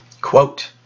Quote